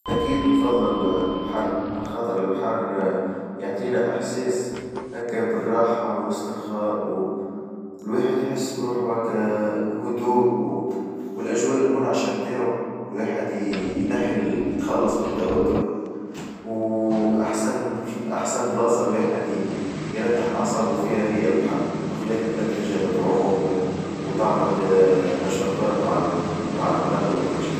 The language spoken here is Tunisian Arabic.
أكيد نفظل البحر على خاطر البحر يعطينا إحساس هاكا بالراحة والاسترخاء والواحد يحس بروحو هاكا هدوء والأجواء المنعشة متاعو الواحد ينحي يتخلص من التوتر و أحسن أحسن بلاصة الواحد يرتح أعصابه فيها هي البحر بخلاف إنك تجم بتعوم وتعمل نشاطات ع عالرمل وكل شي.